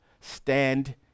stand